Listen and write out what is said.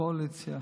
קואליציה.